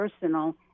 personal